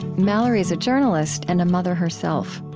mallary is a journalist, and a mother herself